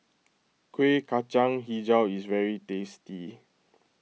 Kueh Kacang HiJau is very tasty